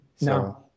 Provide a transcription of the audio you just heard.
No